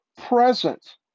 present